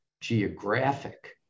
geographic